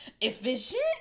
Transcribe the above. Efficient